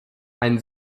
ein